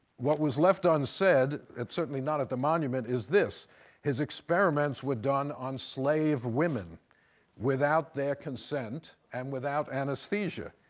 what was left unsaid, it's certainly not at the monument, is this his experiments were done on slave women without their consent and without anesthesia.